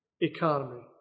economy